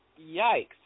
Yikes